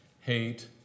hate